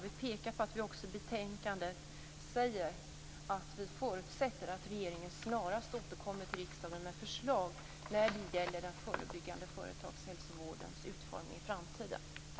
Vi pekar i betänkandet på att vi förutsätter att regeringen snarast återkommer till riksdagen med förslag om utformningen i framtiden av den förebyggande företagshälsovården.